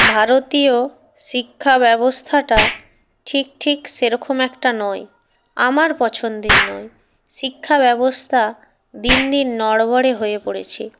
ভারতীয় শিক্ষা ব্যবস্থাটা ঠিক ঠিক সে রকম একটা নয় আমার পছন্দের নয় শিক্ষা ব্যবস্থা দিন দিন নড়বড়ে হয়ে পড়েছে